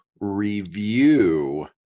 review